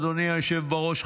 אדוני היושב-בראש,